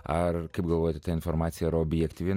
ar kaip galvojate informacija objektyvi